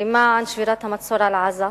למען שבירת המצור על עזה.